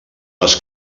les